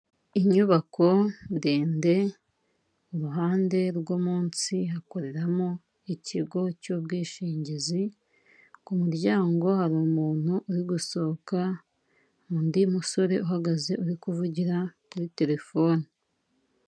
Inyubako ndende ku ruhande rwo munsi hakoreramo ikigo cy'ubwishingizi, ku muryango hari umuntu uri gusohoka, undi musore uhagaze uri kuvugira kuri telefone.